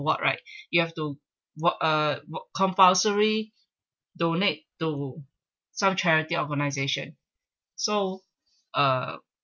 right you have to work uh work compulsory donate to some charity organisation so uh